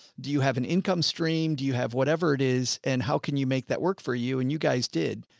do you have an income stream? do you have whatever it is and how can you make that work for you? and you guys did,